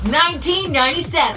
1997